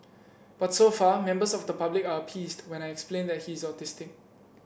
but so far members of the public are appeased when I explain that he's autistic